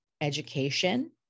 education